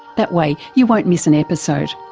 that way you won't miss an episode.